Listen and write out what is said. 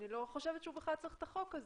אני לא חושבת שהוא בכלל צריך אתה חוק הזה.